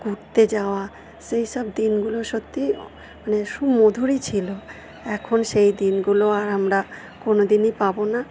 ঘুরতে যাওয়া সেই সব দিনগুলো সত্যিই মানে সুমধুরই ছিল এখন সেই দিনগুলো আর আমরা কোন দিনই পাব না